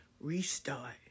restart